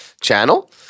channel